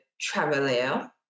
traveler